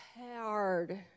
hard